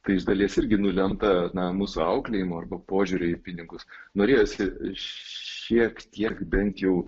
tai iš dalies irgi nulemta na mūsų auklėjimo arba požiūrio į pinigus norėjosi šiek tiek bent jau